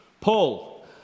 Paul